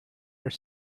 are